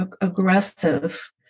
aggressive